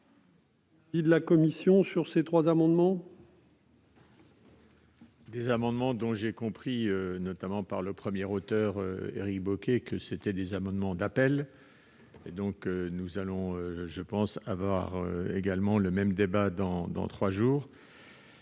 la commission. Ces trois amendements